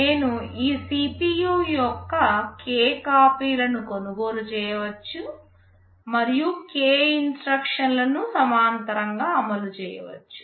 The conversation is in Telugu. నేను ఈ CPU యొక్క k కాపీలను కొనుగోలు చేయవచ్చు మరియు k ఇన్స్ట్రక్షన్ లను సమాంతరంగా అమలు చేయవచ్చు